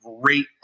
great